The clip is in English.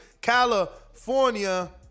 California